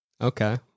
Okay